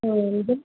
இது